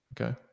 okay